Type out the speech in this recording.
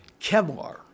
Kevlar